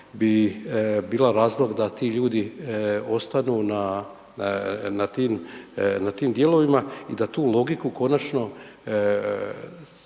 bi bila razlog da ti ljudi ostanu na tim dijelovima i da tu logiku konačno